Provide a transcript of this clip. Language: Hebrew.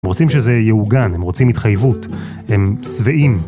‫הם רוצים שזה יעוגן, ‫הם רוצים התחייבות, הם שבעים.